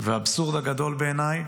האבסורד הגדול בעיניי